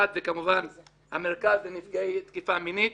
אחד זה כמובן המרכז לנפגעי תקיפה מינית